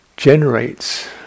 generates